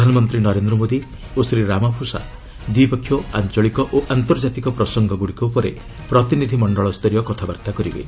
ପ୍ରଧାନମନ୍ତ୍ରୀ ନରେନ୍ଦ୍ର ମୋଦି ଓ ଶ୍ରୀ ରାମାଫୋସା ଦ୍ୱିପକ୍ଷୀୟ ଆଞ୍ଚଳିକ ଓ ଆନ୍ତର୍ଜାତିକ ପ୍ରସଙ୍ଗଗୁଡ଼ିକ ଉପରେ ପ୍ରତିନିଧି ମଣ୍ଡଳସ୍ତରୀୟ କଥାବାର୍ତ୍ତା କରିବେ